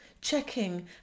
checking